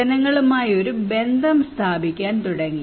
ജനങ്ങളുമായി ഒരു ബന്ധം സ്ഥാപിക്കാൻ തുടങ്ങി